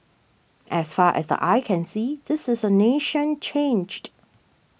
as far as the eye can see this is a nation changed